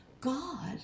God